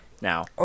Now